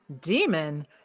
demon